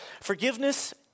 Forgiveness